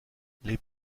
les